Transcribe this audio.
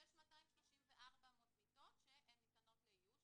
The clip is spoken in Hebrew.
יש 234 מיטות שניתנות לאיוש,